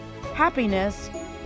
happiness